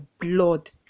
blood